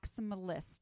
maximalist